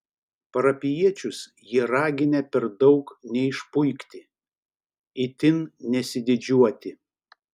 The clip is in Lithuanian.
parapijiečius jie raginę per daug neišpuikti itin nesididžiuoti